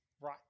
Right